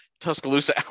Tuscaloosa